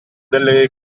delle